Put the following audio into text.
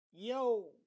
Yo